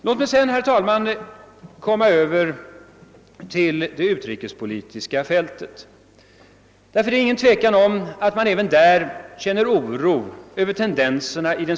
Låt mig sedan, herr talman, gå över till det utrikespolitiska fältet. Det råder ingen tvekan om att man även på det området känner oro över tendenserna.